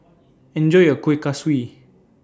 Enjoy your Kuih Kaswi